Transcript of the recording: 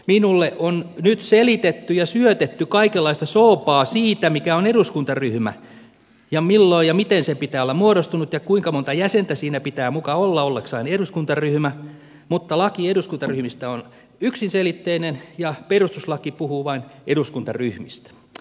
minulle on nyt selitetty ja syötetty kaikenlaista soopaa siitä mikä on eduskuntaryhmä ja milloin ja miten sen pitää olla muodostunut ja kuinka monta jäsentä siinä pitää muka olla ollakseen eduskuntaryhmä mutta laki eduskuntaryhmistä on yksiselitteinen ja perustuslaki puhuu vain eduskuntaryhmistä